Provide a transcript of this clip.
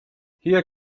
hier